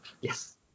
Yes